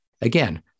again